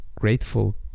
grateful